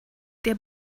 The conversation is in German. der